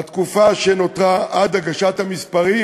בתקופה שנותרה עד הגשת המספרים